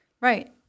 Right